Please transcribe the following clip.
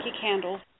Candles